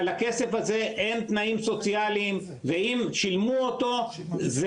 על הכסף הזה אין תנאים סוציאליים ואם שילמו אותו זה